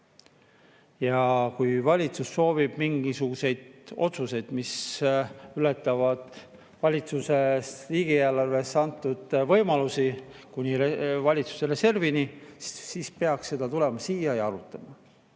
Kui valitsus soovib mingisuguseid otsuseid, mis ületavad valitsusele riigieelarves antud võimalusi kuni valitsuse reservini, siis peaks tulema siia ja arutama.